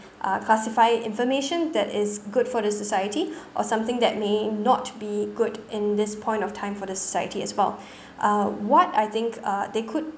uh classify information that is good for the society or something that may not be good in this point of time for the society as well uh what I think uh they could